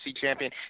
champion